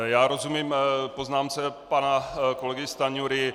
Já rozumím poznámce pana kolegy Stanjury.